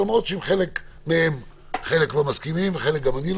אם הוויכוח שלי עם איתן גינזבורג אם זה יהיה ביום שלישי או ביום ראשון,